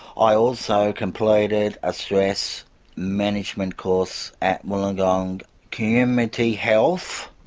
i also completed a stress management course at wollongong community health.